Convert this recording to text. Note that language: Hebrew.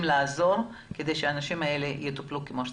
לעזור כדי שהאנשים האלה יטופלו כמו שצריך.